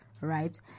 right